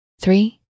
three